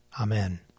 Amen